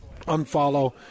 unfollow